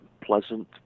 pleasant